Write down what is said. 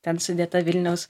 ten sudėta vilniaus